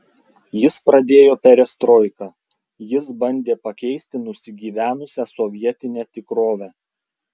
jis pradėjo perestroiką jis bandė pakeisti nusigyvenusią sovietinę tikrovę